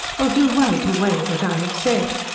will do well to weigh what i have said.